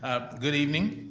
ah good evening,